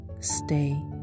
Stay